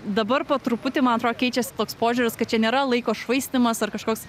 dabar po truputį man atro keičiasi toks požiūris kad čia nėra laiko švaistymas ar kažkoks